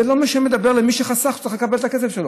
זה לא מה שמדבר אל מי שחסך וצריך לקבל את הכסף שלו.